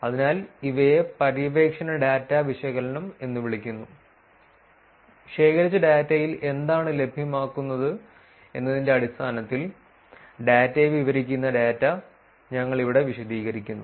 അതിനാൽ ഇവയെ പര്യവേക്ഷണ ഡാറ്റ വിശകലനം എന്ന് വിളിക്കുന്നു ശേഖരിച്ച ഡാറ്റയിൽ എന്താണ് ലഭ്യമാകുന്നത് എന്നതിന്റെ അടിസ്ഥാനത്തിൽ ഡാറ്റയെ വിവരിക്കുന്ന ഡാറ്റ ഞങ്ങൾ ഇവിടെ വിശദീകരിക്കുന്നു